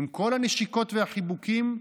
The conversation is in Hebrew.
עם כל הנשיקות והחיבוקים,